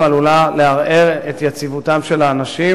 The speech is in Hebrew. עלולה לערער את יציבותם של האנשים,